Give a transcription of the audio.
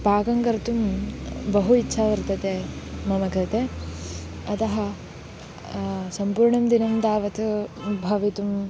पाकं कर्तुं बहु इच्छा वर्तते मम कृते अतः सम्पूर्णं दिनं तावत् भवितुं